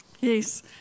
Yes